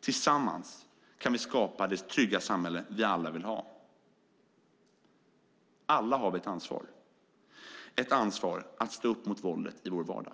Tillsammans kan vi skapa det trygga samhälle som vi alla vill ha. Alla har vi ett ansvar att stå upp mot våldet i vår vardag.